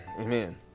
amen